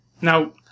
Now